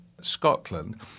Scotland